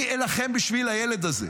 אני אלחם בשביל הילד הזה.